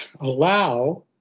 allow